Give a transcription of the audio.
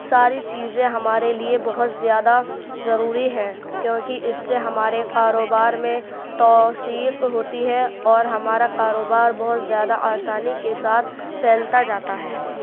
ساری چیزیں ہمارے لیے بہت زیادہ ضروری ہیں کیونکہ اس سے ہمارے کاروبار میں توثیق ہوتی ہے اور ہمارا کاروبار بہت زیادہ آسانی کے ساتھ پھیلتا جاتا ہے